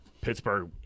Pittsburgh